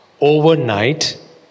overnight